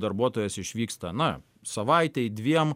darbuotojas išvyksta na savaitei dviem